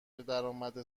درآمد